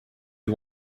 you